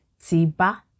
tiba